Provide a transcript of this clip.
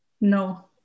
No